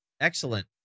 excellent